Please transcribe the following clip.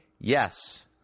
Yes